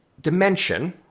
dimension